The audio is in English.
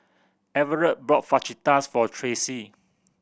Everett bought Fajitas for Tracee